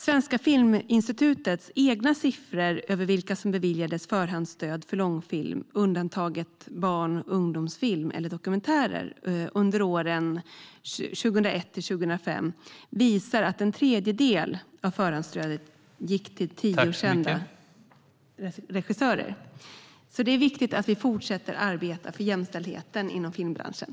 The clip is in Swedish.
Svenska Filminstitutets egna siffror över vilka som beviljades förhandsstöd för långfilm under åren 2001-2005, undantaget barn och ungdomsfilm och dokumentärer, visar att en tredjedel av förhandsstödet gick till tio kända regissörer. Det är viktigt att vi fortsätter att arbeta för jämställdheten inom filmbranschen.